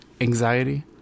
anxiety